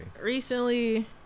recently